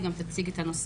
היא גם תציג את הנושא.